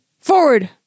forward